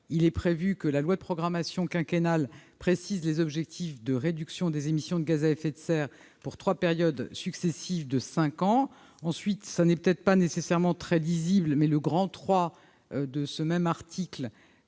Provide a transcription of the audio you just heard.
il est prévu que la loi de programmation quinquennale précise les objectifs de réduction des émissions de gaz à effet de serre pour trois périodes successives de cinq ans. Ensuite- ce paragraphe n'est peut-être pas très lisible -, le III du présent article